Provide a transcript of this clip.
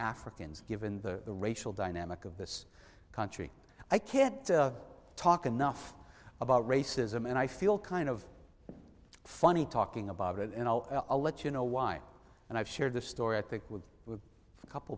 africans given the the racial dynamic of this country i can't talk enough about racism and i feel kind of funny talking about it and i'll let you know why and i've shared this story i think with with a couple